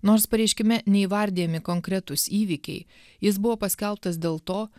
nors pareiškime neįvardijami konkretūs įvykiai jis buvo paskelbtas dėl to